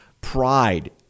pride